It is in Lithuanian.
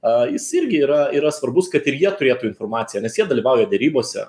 ar jis irgi yra yra svarbus kad ir jie turėtų informaciją nes jie dalyvauja derybose